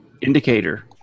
indicator